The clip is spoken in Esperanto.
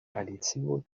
alicio